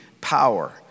power